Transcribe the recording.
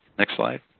next slide,